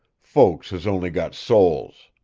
folks has only got souls.